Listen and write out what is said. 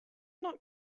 not